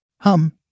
Hum